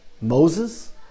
Moses